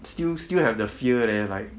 still still have the fear leh like